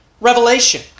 revelation